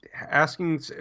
Asking